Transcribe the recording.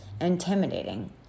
intimidating